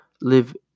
live